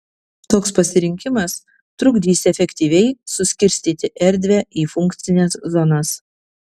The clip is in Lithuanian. toks pasirinkimas trukdys efektyviai suskirstyti erdvę į funkcines zonas